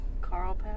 Carl